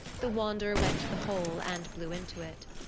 the wanderer went to the hole and blew into it.